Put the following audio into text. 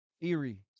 eerie